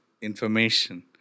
information